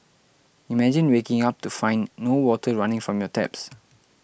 imagine waking up to find no water running from your taps